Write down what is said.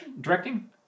directing